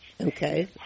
Okay